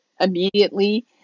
immediately